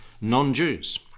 non-Jews